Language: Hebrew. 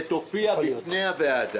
עת הופיע בפני הוועדה,